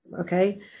Okay